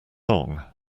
song